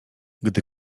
gdy